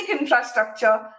infrastructure